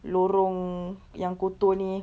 lorong yang kotor ini